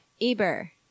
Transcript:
Eber